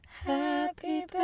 Happy